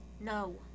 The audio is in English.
No